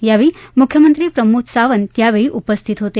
यावेळी मुख्यमंत्री प्रमोद सावंत यावेळी उपस्थित होते